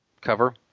cover